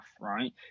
right